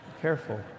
careful